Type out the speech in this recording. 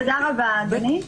תודה רבה, אדוני.